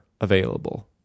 available